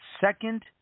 second